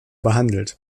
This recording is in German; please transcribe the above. behandelt